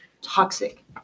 Toxic